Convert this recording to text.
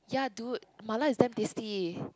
ya dude mala is damn tasty